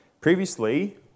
previously